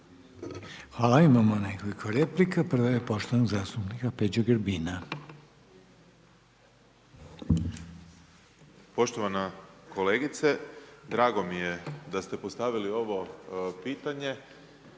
Hvala. Imamo nekoliko replika. Prva je poštovanog zastupnika Peđe Grbina.